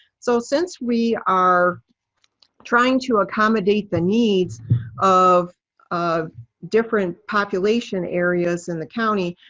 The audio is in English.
so since we are trying to accommodate the needs of of different population areas in the county,